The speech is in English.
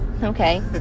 Okay